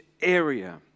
area